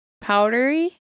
powdery